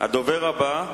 הדובר הבא,